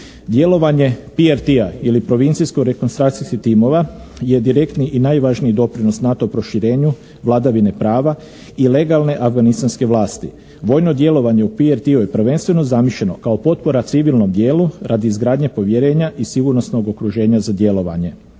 Djelovanje PRT-a ili provincijsko-rekonstrukcijskih timova je direktni i najvažniji doprinos NATO proširenju, vladavine prava i legalne afganistanske vlasti. Vojno djelovanje u PRT-u je prvenstveno zamišljeno kao potpora civilnom dijelu radi izgradnje povjerenja i sigurnosnog okruženja za djelovanje.